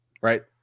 Right